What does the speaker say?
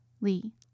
Lee